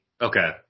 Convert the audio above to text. Okay